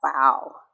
wow